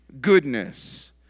goodness